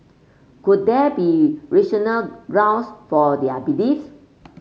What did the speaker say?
could there be rational grounds for their beliefs